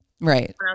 right